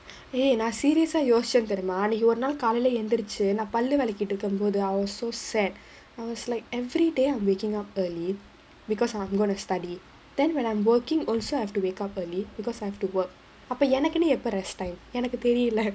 eh நா:naa series ah யோசிச்ச தெரிமா அன்னைக்கு ஒரு நாள் காலைல எந்திருச்சு நா பல்லு வெளக்கிட்டு இருக்கம் மோது:yosicha therimaa annaikku oru naal kaalaila enthiruchu naa pallu velakittu irukkam pothu I was so sad I was like every day I'm waking up early because I am going to study then when I'm working also have to wake up early because I have to work அப்ப எனக்குனு எப்ப:appa enakkunu eppa rest time எனக்கு தெரில:enakku therila